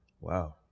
wow